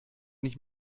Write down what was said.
nicht